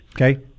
Okay